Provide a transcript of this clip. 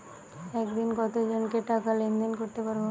একদিন কত জনকে টাকা লেনদেন করতে পারবো?